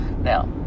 now